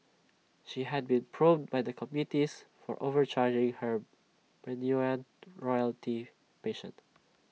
she had been probed by the committees for overcharging her Bruneian royalty patient